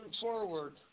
forward